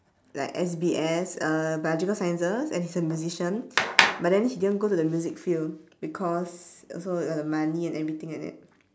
like S_B_S uh biological sciences and he's a musician but then he didn't go to the music field because also about the money and everything like that